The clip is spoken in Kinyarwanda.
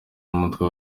n’umutwe